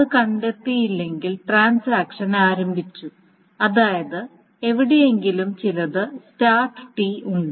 അത് കണ്ടെത്തിയില്ലെങ്കിൽ ട്രാൻസാക്ഷൻ ആരംഭിച്ചു അതായത് എവിടെയെങ്കിലും ചിലത് സ്റ്റാർട്ട് ടി ഉണ്ട്